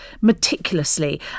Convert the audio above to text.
meticulously